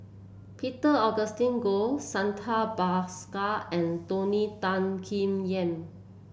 Peter Augustine Goh Santha Bhaskar and Tony Tan Keng Yam